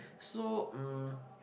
so um